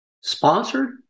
sponsored